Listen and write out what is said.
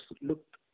looked